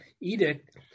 edict